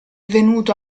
venuto